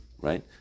Right